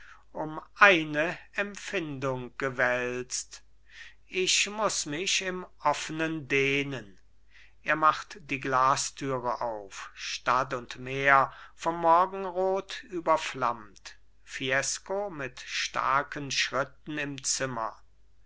um eine empfindung gewälzt ich muß mich im offenen dehnen er macht die glastür auf stadt und meer vom morgenrot überflammt fiesco mit starken schritten im zimmer